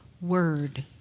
word